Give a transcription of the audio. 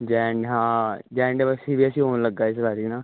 ਜੈਨ ਹਾਂ ਜੈਨ ਡ ਬਸ ਸੀ ਬੀ ਐੱਸ ਈ ਹੋਣ ਲੱਗਾ ਇਸ ਵਾਰ ਨਾ